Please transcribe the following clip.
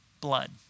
blood